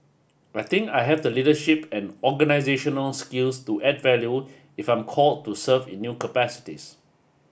I think I have the leadership and organisational skills to add value if I'm called to serve in new capacities